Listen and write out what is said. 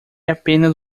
apenas